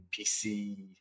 PC